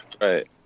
Right